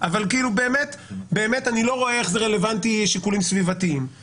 אבל אני באמת לא רואה איך שיקולים סביבתיים הם רלוונטיים.